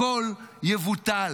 הכול יבוטל.